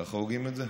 ככה הוגים את זה?